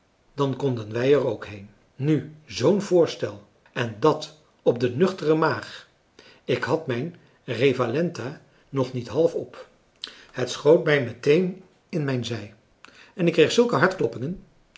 dan konden wij er k heen nu z'n voorstel en dat op de nuchtere maag ik had mijn revalenta nog niet half op het schoot mij meteen in mijn zij en ik kreeg zulke